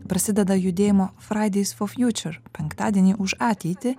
prasideda judėjimo fraideis fo fjūčer penktadieniai už ateitį